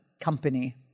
company